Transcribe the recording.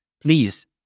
Please